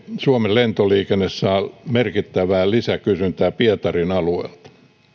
suomen lentoliikenne saa merkittävää lisäkysyntää pietarin alueelta